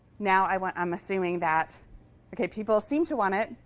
now i want i'm assuming that ok, people seem to want it.